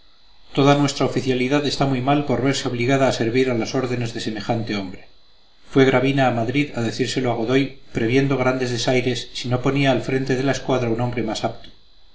toda nuestra oficialidad está muy mal por verse obligada a servir a las órdenes de semejante hombre fue gravina a madrid a decírselo a godoy previendo grandes desaires si no ponía al frente de la escuadra un hombre más apto